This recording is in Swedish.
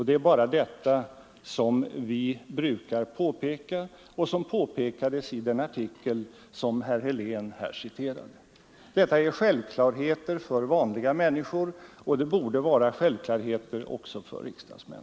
Det är bara detta som vi brukar påpeka och som påpekades i den artikel som herr Helén här citerade. Detta är självklarheter för vanliga människor, och det borde vara självklarheter också för riksdagsmän.